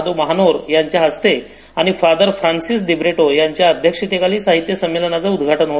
धो महानोर यांच्या हस्ते आणि फादर फ्रान्सिस दिब्रिटो यांच्या अध्यक्षतेखाली साहित्य संमेलनाचे उद्घाटन होणार आहे